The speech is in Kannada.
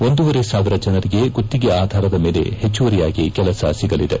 ಒಂದೂವರೆ ಸಾವಿರ ಜನರಿಗೆ ಗುತ್ತಿಗೆ ಆಧಾರದ ಮೇಲೆ ಹೆಚ್ಚುವರಿಯಾಗಿ ಕೆಲಸ ಸಿಗಲಿದೆ